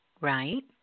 Right